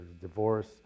divorce